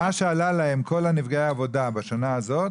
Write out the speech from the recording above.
מה שעלה להם כל נפגעי עבודה בשנה הזאת